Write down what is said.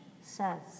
says